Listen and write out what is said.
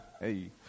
hey